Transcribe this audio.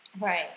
Right